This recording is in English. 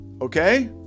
Okay